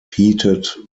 heated